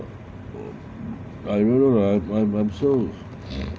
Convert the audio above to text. I don't know lah I'm I'm so